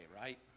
right